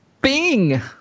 Bing